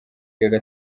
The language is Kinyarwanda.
gaga